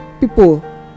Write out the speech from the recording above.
people